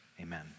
amen